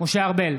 משה ארבל,